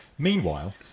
Meanwhile